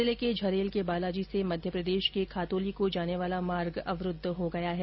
जिले के झरेल के बालाजी से मध्य प्रदेश के खातोली को जाने वाला मार्ग अवरूद्ध हो गया है